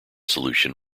solution